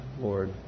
Lord